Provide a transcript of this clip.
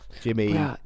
Jimmy